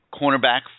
cornerback